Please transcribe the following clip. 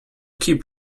keep